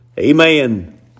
Amen